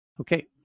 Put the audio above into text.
Okay